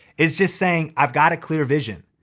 it's just saying, i've got a clear vision.